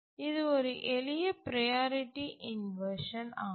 இது ஒரு எளிய ப்ரையாரிட்டி இன்வர்ஷன் ஆகும்